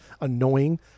annoying